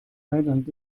thailand